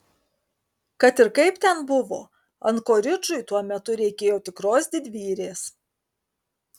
kad ir kaip ten buvo ankoridžui tuo metu reikėjo tikros didvyrės